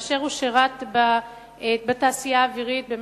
כאשר הוא שירת בתעשייה האווירית,